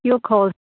your call